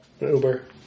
Uber